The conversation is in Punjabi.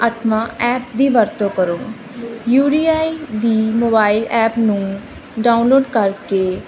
ਅੱਠਵਾਂ ਐਪ ਦੀ ਵਰਤੋਂ ਕਰੋ ਯੂਡੀਆਈ ਦੀ ਮੋਬਾਈਲ ਐਪ ਨੂੰ ਡਾਊਨਲੋਡ ਕਰਕੇ